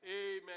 Amen